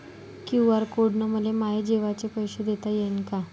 QR code न मले माये जेवाचे पैसे देता येईन का?